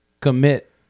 commit